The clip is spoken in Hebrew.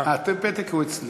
הפתק אצלי,